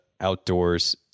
outdoors